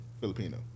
Filipino